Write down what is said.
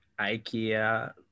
IKEA